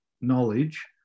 knowledge